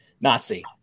Nazi